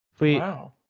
Wow